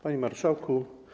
Panie Marszałku!